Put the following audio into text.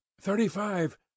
Thirty-five